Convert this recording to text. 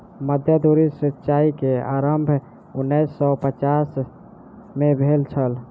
मध्य धुरी सिचाई के आरम्भ उन्नैस सौ पचास में भेल छल